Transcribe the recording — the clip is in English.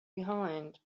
behind